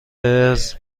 اِرز